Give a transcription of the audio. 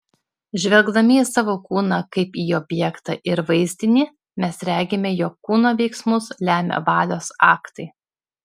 žvelgdami į savo kūną kaip į objektą ir vaizdinį mes regime jog kūno veiksmus lemia valios aktai